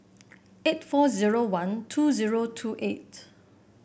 eight four zero one two zero two eight